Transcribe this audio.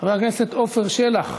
חבר הכנסת עפר שלח,